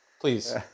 please